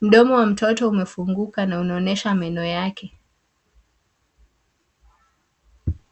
Mdomo wa mtoto umefunguka na unaonyesha meno yake.